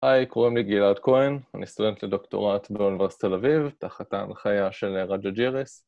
היי, קוראים לי גלעד כהן, אני סטודנט לדוקטורט באוניברסיטת תל אביב, תחת ההנחייה של רג'ה ג'ירס